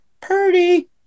Purdy